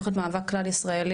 זה צריך להיות מאבק כלל ישראלי,